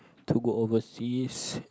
to go overseas